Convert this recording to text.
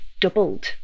doubled